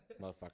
motherfucker